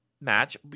match